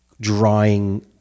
drawing